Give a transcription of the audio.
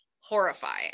horrifying